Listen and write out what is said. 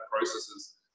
processes